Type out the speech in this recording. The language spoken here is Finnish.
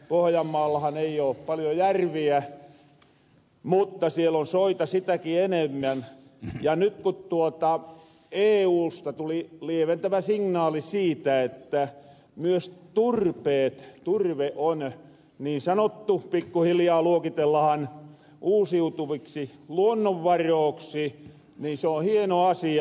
pohojammaallahan ei oo paljon järviä mutta siel on soita sitäkin enemmän ja nyt kun eusta tuli lieventävä signaali siitä että myös turve pikkuhiljaa luokitellahan uusiutuvaksi luonnonvaraksi niin se on hieno asia